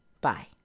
Bye